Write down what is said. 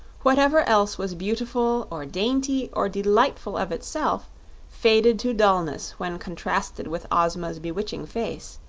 whatever else was beautiful or dainty or delightful of itself faded to dullness when contrasted with ozma's bewitching face,